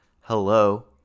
hello